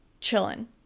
chilling